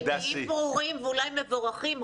המניעים ברורים ומבורכים,